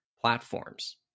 platforms